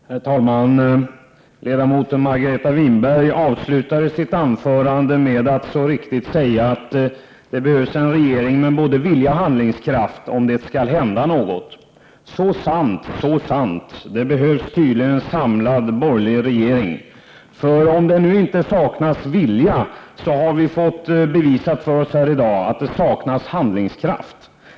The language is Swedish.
Herr talman! Ledamoten Margareta Winberg avslutade sitt anförande med att så riktigt säga att det behövs en regering med både vilja och handlingskraft om det skall hända något. Så sant, så sant! Det behövs tydligen en samlad borgerlig regering. Om det nu inte är vilja som saknas, så har vi här i dag fått bevisat för oss att det i alla fall saknas handlingskraft.